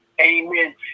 Amen